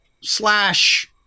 slash